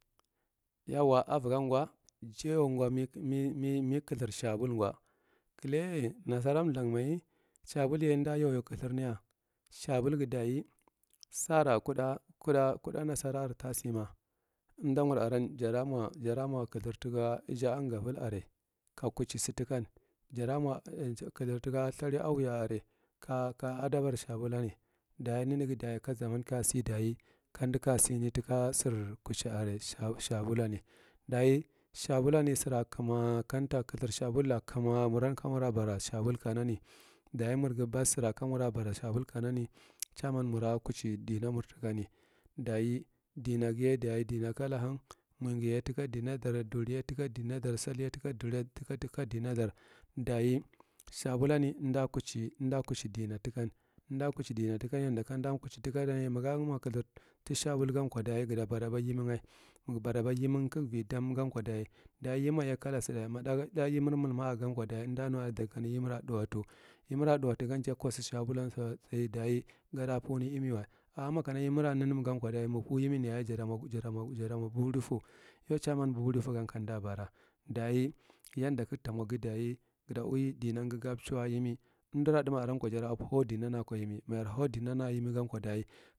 Yauwa ava ofan gwa jar me me rlhura shabal gwa, kuleye fasara thguls amoi shabulye umda yaū yaū kthume ya, shabul ghi daye sara kude nasara aretha sima umda mur aram jara mo kurth tika ija nagafel ore, kakuchisi tikan, jara mo thg ahuya are ka adaba shabulan daye neneghi daye ka zuma kasina daye umdi kasi tika sir kuchi are shabulame, daye shabulane sir kuma a kamta khurry shabula kunah umur ka mur bara. Shabul kana doye marghi bas sir ka mur bara shabul kanan ka buchi dima ur, daya dimaghi dimaghiye daye dima kalhan moighi tiga dina dar, dieriye tika dima dar sal ye tima dima dar, daye shabulane, daye shabulane umda kuchi dina tikan umda kuchi dima tikanye yadda kande kuchi dina tikanye magamo klurjo tishabulgan ko daye gata bara imigh maga baraba imiga kaguvidam gan ko daye imin ye kalbuda ma thāgth yemir mulma a gan ko umda nbaladar kana yemira thou wato yamira touwati gan da kosi shabula daye gada pufneyiniwa, amma makana yemira nunum gon ko daye nage oure ne imiyaye jata mo boubounfu yau chairman boubourifo gon kamdabara daye yanda kaga ta mo ghi daye ga ta uwi hima ga chau ako yewi umdira thoutgth aran ko jar huctinan ciko yemi ma jar hudima ako yemi gan ko daye.